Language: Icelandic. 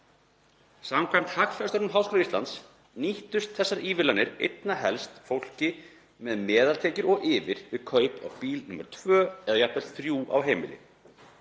Samkvæmt Hagfræðistofnun Háskóla Ísslands nýttust þessar ívilnanir einna helst fólki með meðaltekjur og yfir við kaup á bíl númer tvö eða jafnvel þrjú á heimili.